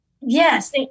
yes